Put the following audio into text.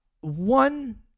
one